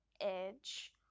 edge